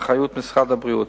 באחריות משרד הבריאות.